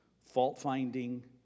fault-finding